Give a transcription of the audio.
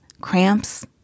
cramps